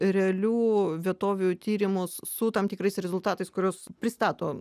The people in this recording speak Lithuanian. realių vietovių tyrimus su tam tikrais rezultatais kuriuos pristato